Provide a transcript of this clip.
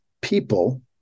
people